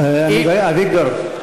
אביגדור,